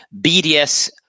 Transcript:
BDS